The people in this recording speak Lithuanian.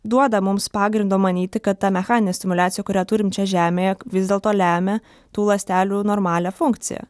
duoda mums pagrindo manyti kad ta mechaninė stimuliacija kurią turim čia žemėje vis dėlto lemia tų ląstelių normalią funkciją